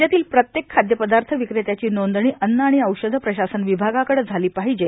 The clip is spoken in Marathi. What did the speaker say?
राज्यातील प्रत्येक खाद्यपदार्थ विक्रेत्याची नोंदणी अन्न आणि औषध प्रशासन विभागाकडे झाली पाहिजे